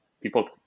People